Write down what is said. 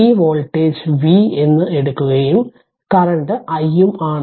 ഈ voltage V എന്നു എടുക്കുകയും കറന്റ് i ഉം ആണ്